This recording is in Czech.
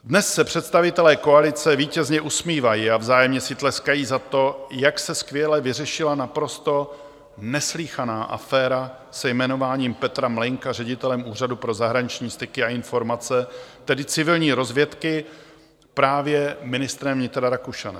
Dnes se představitelé koalice vítězně usmívají a vzájemně si tleskají za to, jak se skvěle vyřešila naprosto neslýchaná aféra se jmenováním Petra Mlejnka ředitelem Úřadu pro zahraniční styky a informace, tedy civilní rozvědky, právě ministrem vnitra Rakušanem.